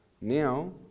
Now